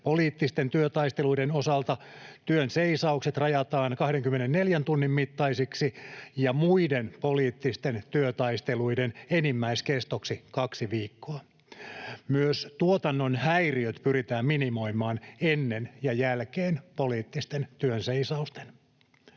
Poliittisten työtaisteluiden osalta työnseisaukset rajataan 24 tunnin mittaisiksi ja muiden poliittisten työtaisteluiden enimmäiskestoksi asetetaan kaksi viikkoa. Myös tuotannon häiriöt pyritään minimoimaan ennen ja jälkeen poliittisten työnseisausten.